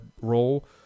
role